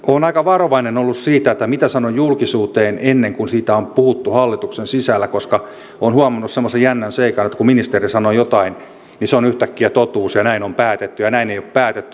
olen aika varovainen ollut siinä mitä sanon julkisuuteen ennen kuin siitä on puhuttu hallituksen sisällä koska olen huomannut semmoisen jännän seikan että kun ministeri sanoo jotain niin se on yhtäkkiä totuus ja näin on päätetty ja näin ei ole päätetty